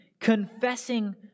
confessing